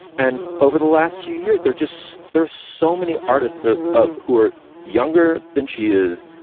and over the last few years, there just there are so many artists ah ah who are younger than she is,